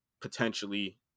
potentially